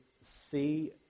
see